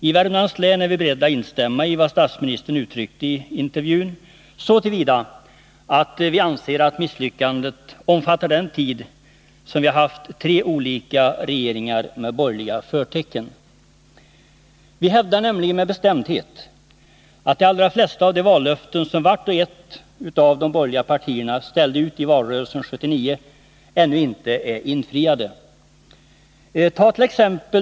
I Värmlands län är vi beredda att instämma i vad statsministern uttryckte i intervjun, så till vida som att vi anser att misslyckandet omfattar den tid vi haft tre olika regeringar med borgerliga förtecken. Vi hävdar nämligen med bestämdhet att de allra flesta av de vallöften som vart och ett av de borgerliga partierna ställde ut i valrörelsen 1979 ännu inte är infriade.